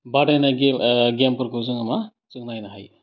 बादायनाय गेम गेमफोरखौ जोङो मा जों नायनो हायो